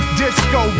disco